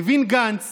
הבין גנץ